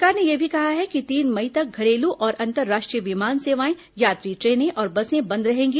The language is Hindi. सरकार ने यह भी कहा है कि तीन मई तक घरेलू और अंतर्राष्ट्रीय विमान सेवाएं यात्री ट्रेनें और बसें बंद रहेंगी